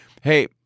hey